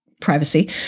privacy